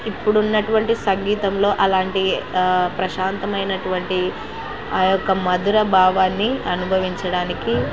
ఇప్పుడు ఉన్నటువంటి సంగీతంలో అలాంటి ప్రశాంతమైనటువంటి ఆ యొక్క మధుర భావాన్ని అనుభవించడానికి